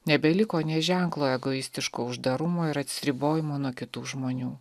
nebeliko nė ženklo egoistiško uždarumo ir atsiribojimo nuo kitų žmonių